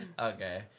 okay